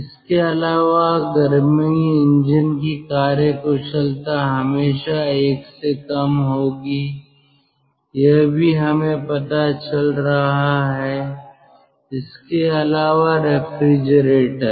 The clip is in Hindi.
इसके अलावा गर्मी इंजन की कार्यकुशलता हमेशा एक से कम होगी यह भी हमें पता चल रहा है इसके अलावा रेफ्रिजरेटर